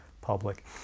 public